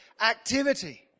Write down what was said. activity